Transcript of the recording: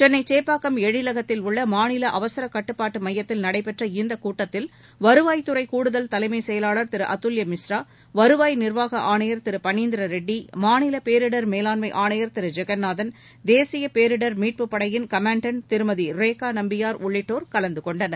சென்னை சேப்பாக்கம் எழிலகத்தில் உள்ள மாநில அவசர கட்டுப்பாட்டு மையத்தில் நடைபெற்ற இந்தக் கூட்டத்தில் வருவாய் துறை கூடுதல் தலைமை செயலாளா் திரு அதுவ்ய மிஸ்றா வருவாய் நிா்வாக ஆணையா் திரு பணீந்திர ரெட்டி மாநில பேரிடர் மேலாண்மை ஆணையா் திரு ஜெகன்நாதன் தேசிய பேரிடர் மீட்பு படையின் காமாண்டண்ட் திருமதி ரேகா நம்பியார் உள்ளிட்டோர் கலந்துகொண்டனர்